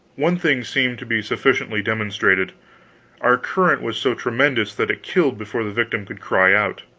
one thing seemed to be sufficiently demonstrated our current was so tremendous that it killed before the victim could cry out.